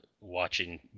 watching